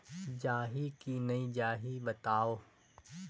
जाही की नइ जाही बताव?